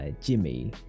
Jimmy